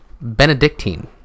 Benedictine